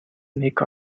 make